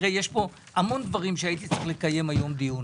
יש כאן המון דברים שהייתי צריך לקיים עליהם היום דיון